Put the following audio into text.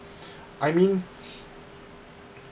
I mean